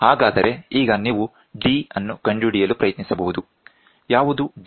ಹಾಗಾದರೆ ಈಗ ನೀವು d ಅನ್ನು ಕಂಡುಹಿಡಿಯಲು ಪ್ರಯತ್ನಿಸಬಹುದು ಯಾವುದು d